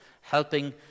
Helping